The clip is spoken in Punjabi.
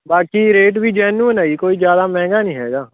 ਬਾਕੀ ਰੇਟ ਵੀ ਜੈਨੂਨ ਆ ਜੀ ਕੋਈ ਜ਼ਿਆਦਾ ਮਹਿੰਗਾ ਨਹੀਂ ਹੈਗਾ